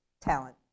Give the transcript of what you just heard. talent